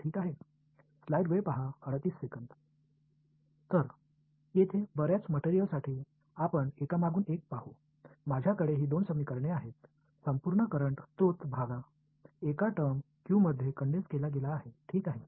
तर येथे बर्याच मटेरियलसाठी आपण एकामागून एक पाहू माझ्याकडे ही दोन समीकरणे आहेत संपूर्ण करंट स्त्रोत भाग एका टर्म क्यू मध्ये कंडेन्स केला गेला आहे ठीक आहे